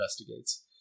investigates